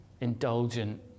indulgent